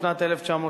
בשנת 1969,